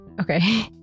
okay